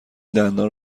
دندان